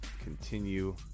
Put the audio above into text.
continue